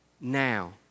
Now